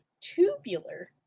Tubular